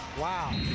wow!